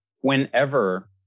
whenever